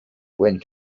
went